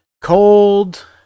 cold